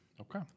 Okay